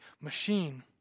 machine